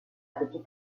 petite